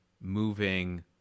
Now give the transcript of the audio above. moving